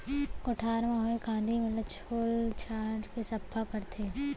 कोठार म होए कांदी मन ल बरोबर छोल छाल के सफ्फा करथे